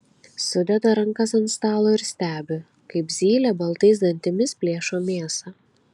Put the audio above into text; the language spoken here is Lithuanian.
sudeda rankas ant stalo ir stebi kaip zylė baltais dantimis plėšo mėsą